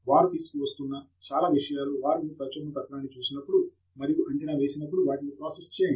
వారు తీసుకువస్తున్న చాలా విషయాలు వారు మీ ప్రచురణ పత్రాన్ని చూసినప్పుడు మరియు అంచనా వేసినప్పుడు వాటిని ప్రాసెస్ చేయండి